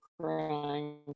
crying